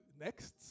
Next